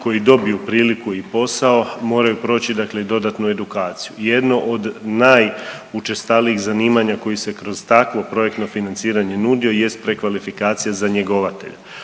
koji dobiju priliku i posao moraju proći, dakle i dodatnu edukaciju. Jedno od najučestalijih zanimanja koji se kroz takvo projektno financiranje nudio jest prekvalifikacija za njegovatelja.